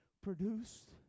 produced